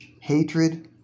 Hatred